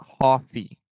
coffee